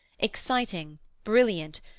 exciting, brilliant,